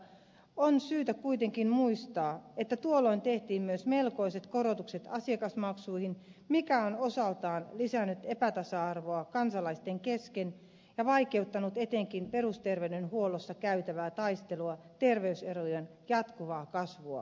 on syytä kuitenkin muistaa että tuolloin tehtiin myös melkoiset korotukset asiakasmaksuihin mikä on osaltaan lisännyt epätasa arvoa kansalaisten kesken ja vaikeuttanut etenkin perusterveydenhuollossa käytävää taistelua terveyserojen jatkuvaa kasvua vastaan